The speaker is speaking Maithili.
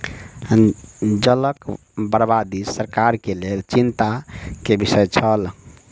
जलक बर्बादी सरकार के लेल चिंता के विषय छल